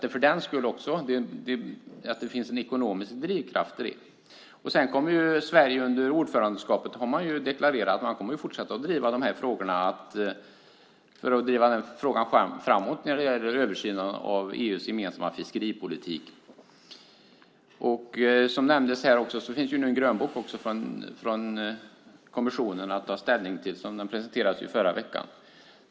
Det finns alltså även en ekonomisk driftkraft i detta. Sedan kommer Sverige under ordförandeskapet enligt vad man har deklarerat att fortsätta driva de här frågorna för att få fram en översyn av EU:s gemensamma fiskeripolitik. Som nämndes här finns nu också en grönbok från kommissionen att ta ställning till. Den presenterades ju i förra veckan.